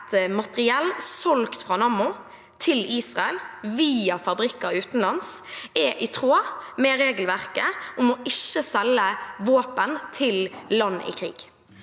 materiell solgt fra Nammo til Israel via fabrikker utenlands er i tråd med regelverket om å ikke selge våpen til land i krig?